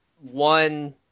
one